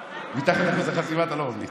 מתחת לאחוז החסימה אתה לא ממליץ.